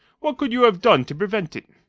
what could you have done to prevent it?